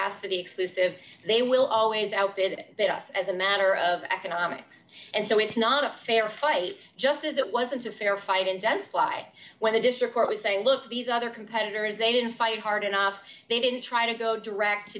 ask for the exclusive they will always outbid that us as a matter of economics and so it's not a fair fight just as it wasn't a fair fight and that's why when a district court was saying look these other competitors they didn't fight hard enough they didn't try to go direct